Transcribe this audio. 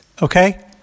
Okay